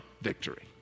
victory